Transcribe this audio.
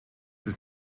ist